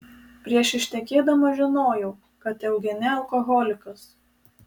prieš ištekėdama žinojau kad eugene alkoholikas